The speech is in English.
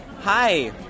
Hi